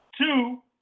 two